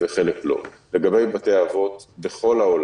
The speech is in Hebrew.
ומה שאני חושב שלא פחות חשוב זו העובדה שבמהלך כל היממה